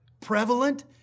prevalent